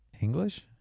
English